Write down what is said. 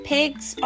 Pigs